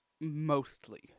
mostly